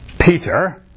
Peter